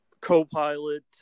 co-pilot